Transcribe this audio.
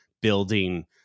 building